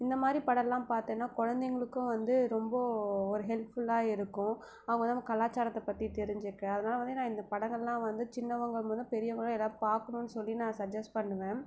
இந்த மாதிரி படமெல்லாம் பார்த்தின்னா குழந்தைகளுக்கும் வந்து ரொம்ப ஒரு ஹெல்ப்ஃபுல்லாக இருக்கும் அவங்க நம்ம கலாசாரத்தை பற்றித் தெரிஞ்சுக்க அதனால் வந்து நான் இந்தப் படங்களெலாம் வந்து சின்னவங்க முதல் பெரியவங்க வரை எல்லாம் பார்க்கணும் சொல்லி நான் சஜ்ஜஸ்ட் பண்ணுவேன்